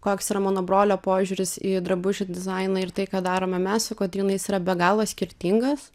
koks yra mano brolio požiūris į drabužių dizainą ir tai ką darome mes su kotryna jis yra be galo skirtingas